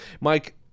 Mike